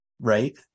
right